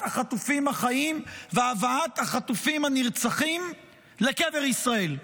החטופים החיים והבאת החטופים הנרצחים לקבר ישראל.